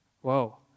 Whoa